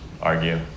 argue